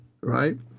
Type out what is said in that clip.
right